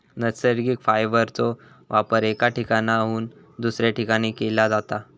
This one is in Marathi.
नैसर्गिक फायबरचो वापर एका ठिकाणाहून दुसऱ्या ठिकाणी केला जाता